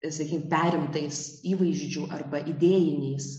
sakykim perimtais įvaizdžių arba idėjiniais